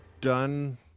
done